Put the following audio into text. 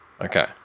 Okay